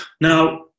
Now